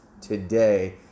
today